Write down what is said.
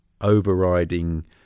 overriding